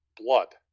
blood